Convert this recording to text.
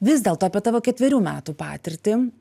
vis dėlto apie tavo ketverių metų patirtį